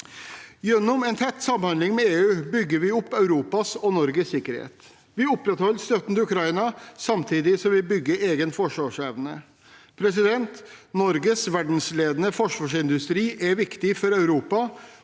Gjennom en tett samhandling med EU bygger vi opp Europas og Norges sikkerhet. Vi opprettholder støtten til Ukraina, samtidig som vi bygger egen forsvarsevne. Norges verdensledende forsvarsindustri er viktig for Europa,